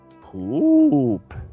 Poop